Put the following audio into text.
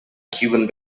cuban